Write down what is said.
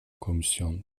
komisyon